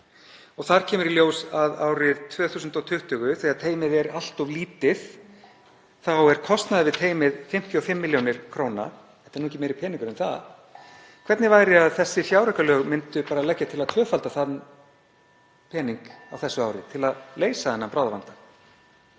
Þar kemur í ljós að árið 2020, þegar teymið er allt of lítið, er kostnaður við teymið 55 millj. kr., þetta er nú ekki meiri peningur en það. (Forseti hringir.) Hvernig væri að þessi fjáraukalög myndu leggja til að tvöfalda þann pening á þessu ári til að leysa þennan bráðavanda?